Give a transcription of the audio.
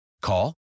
Call